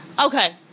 Okay